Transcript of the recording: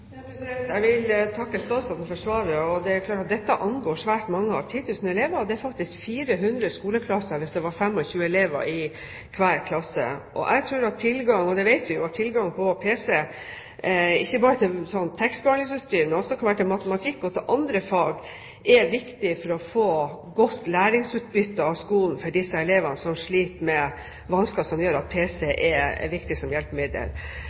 Jeg vil takke statsråden for svaret. Det er klart at dette angår svært mange – ti tusen elever, det er faktisk 400 skoleklasser, hvis det er 25 elever i hver klasse. Vi vet at tilgang til pc, ikke bare som tekstbehandlingsutstyr, men også i matematikk og andre fag, er viktig for at skolen skal gi et godt læringsutbytte til de elevene som sliter med vansker. Det gjør pc til et viktig hjelpemiddel.